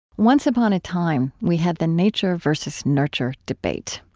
once upon a time, we had the nature-versus-nurture debate.